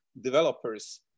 developers